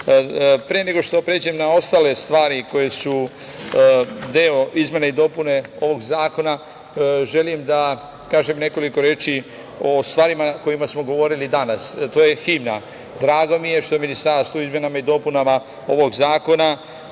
nego što pređem na ostale stvari koje su deo izmene i dopune ovog zakona, želim da kažem nekoliko reči o stvarima o kojima smo govorili danas, a to je himna. Drago mi je što Ministarstvo izmenama i dopunama ovog zakona